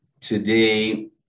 today